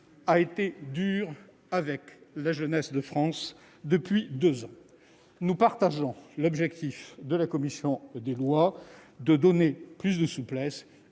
a été dure avec la jeunesse de France depuis deux ans. Nous partageons l'objectif de la commission des lois de donner plus de souplesse